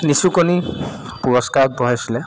নিচুকনি পুৰস্কাৰ আগবঢ়াইছিলে